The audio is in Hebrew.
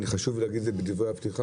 חשוב לי להגיד את זה בדברי הפתיחה,